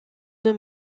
deux